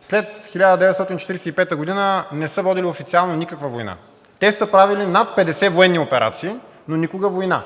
след 1945 г. не са водили официално никаква война. Те са правили над 50 военни операции, но никога война,